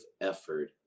effort